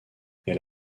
elle